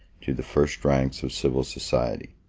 to the first ranks of civil society.